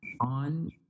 on